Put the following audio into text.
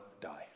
die